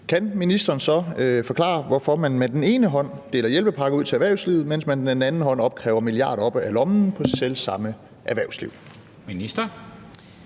kan ministeren så forklare, hvorfor man med den ene hånd deler hjælpepakker ud til erhvervslivet, mens man med den anden hånd stjæler milliarder op af lommen på selv samme erhvervsliv?